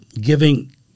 giving